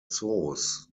zoos